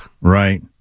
Right